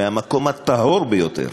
מהמקום הטהור ביותר,